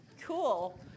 cool